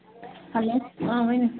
hello ؤنِو